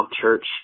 church